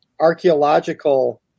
archaeological